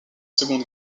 seconde